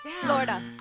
Florida